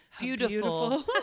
beautiful